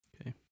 Okay